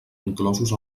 inclosos